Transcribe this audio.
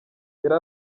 yari